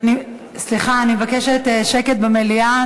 סליחה, אני מבקשת שקט במליאה.